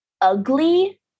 ugly